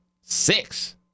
Six